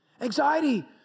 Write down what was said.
Anxiety